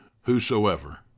whosoever